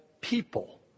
people